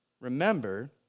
Remember